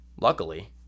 Luckily